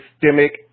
systemic